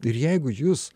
ir jeigu jus